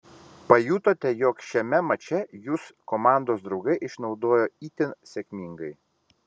pajutote jog šiame mače jus komandos draugai išnaudojo itin sėkmingai